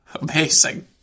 Amazing